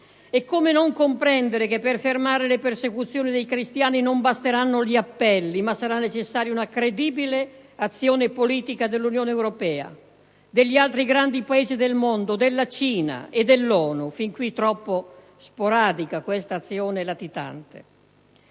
Come non comprendere che per fermare le persecuzioni dei cristiani non basteranno gli appelli ma sarà necessaria una credibile azione politica dell'Unione europea, degli altri grandi Paesi del mondo, della Cina e dell'ONU? Quest'azione, finora, è stata sin